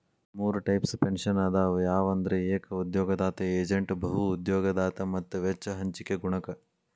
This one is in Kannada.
ಮೂರ್ ಟೈಪ್ಸ್ ಪೆನ್ಷನ್ ಅದಾವ ಯಾವಂದ್ರ ಏಕ ಉದ್ಯೋಗದಾತ ಏಜೇಂಟ್ ಬಹು ಉದ್ಯೋಗದಾತ ಮತ್ತ ವೆಚ್ಚ ಹಂಚಿಕೆ ಗುಣಕ